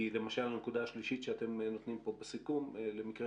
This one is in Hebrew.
כי למשל הנקודה השלישית שאתם נותנים פה בסיכום: למקרה